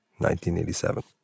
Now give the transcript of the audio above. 1987